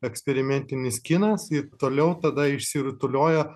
eksperimentinis kinas ir toliau tada išsirutuliojo